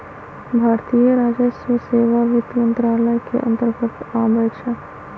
भारतीय राजस्व सेवा वित्त मंत्रालय के अंतर्गत आबइ छै